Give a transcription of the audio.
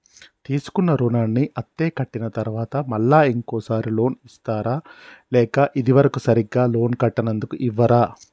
తీసుకున్న రుణాన్ని అత్తే కట్టిన తరువాత మళ్ళా ఇంకో సారి లోన్ ఇస్తారా లేక ఇది వరకు సరిగ్గా లోన్ కట్టనందుకు ఇవ్వరా?